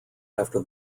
after